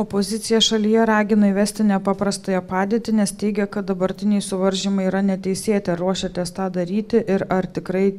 opozicija šalyje ragina įvesti nepaprastąją padėtį nes teigia kad dabartiniai suvaržymai yra neteisėti ar ruošiatės tą daryti ir ar tikrai